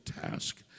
task